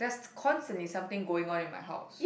that's cons and it's something going on in my house